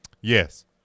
Yes